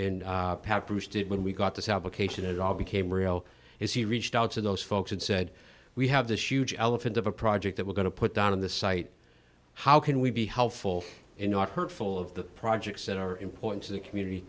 in did when we got to have occasion it all became real as he reached out to those folks and said we have this huge elephant of a project that we're going to put down on the site how can we be helpful and not hurtful of the projects that are important to the community